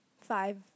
five